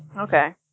okay